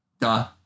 Duh